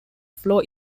flow